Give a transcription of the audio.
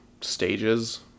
stages